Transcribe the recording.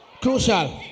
Crucial